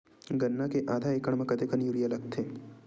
गन्ना के आधा एकड़ म कतेकन यूरिया लगथे?